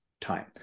time